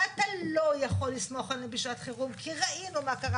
ואתה לא יכול לסמוך עליהם בשעת חירום כי ראינו מה קרה